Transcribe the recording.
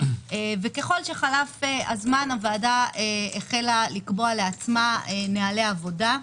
ככל שחלף הזמן הוועדה החלה לקבוע לעצמה נהלי עבודה.